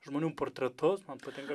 žmonių portretus man patinka